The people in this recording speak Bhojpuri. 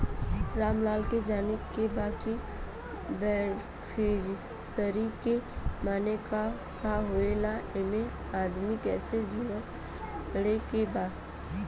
रामलाल के जाने के बा की बेनिफिसरी के माने का का होए ला एमे आदमी कैसे जोड़े के बा?